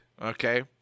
Okay